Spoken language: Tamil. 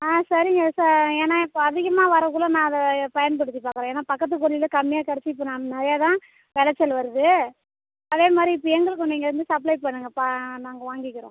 ஆ சரிங்க சார் ஏன்னால் இப்போ அதிகமாக வரக்குள்ள நான் அதை பயன்படுத்தி பார்க்குறேன் ஏன்னால் பக்கத்து கொல்லையில் கம்மியாகதான் கிடச்சிது இப்போ நிறையத்தான் விளைச்சல் வருது அதேமாதிரி இப்போ எங்களுக்கும் சப்ளை பண்ணுங்கப்பா நாங்கள் வாங்கிக்கிறோம்